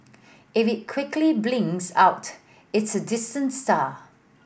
if it quickly blinks out it's a distant star